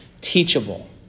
teachable